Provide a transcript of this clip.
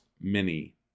mini